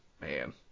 Man